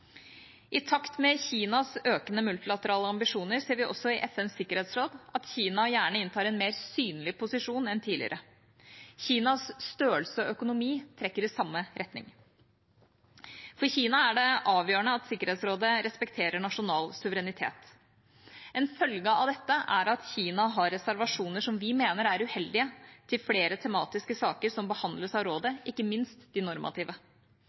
I takt med Kinas økende multilaterale ambisjoner ser vi også i FNs sikkerhetsråd at Kina gjerne inntar en mer synlig posisjon enn tidligere. Kinas størrelse og økonomi trekker i samme retning. For Kina er det avgjørende at Sikkerhetsrådet respekterer nasjonal suverenitet. En følge av dette er at Kina har reservasjoner som vi mener er uheldige til flere tematiske saker som behandles av rådet, ikke minst de normative.